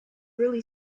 really